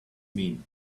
mean